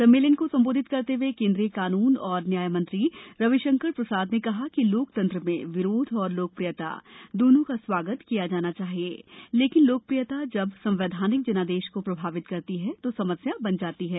सम्मेलन को संबोधित करते हुए केन्द्रीय कानून और न्याय मंत्री रविशंकर प्रसाद ने कहा कि लोकतंत्र में विरोध और लोकप्रियता दोनों का स्वागत किया जाना चाहिए लेकिन लोकप्रियता जब संवैधानिक जनादेश को प्रभावित करती है तो समस्या बन जाती है